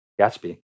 gatsby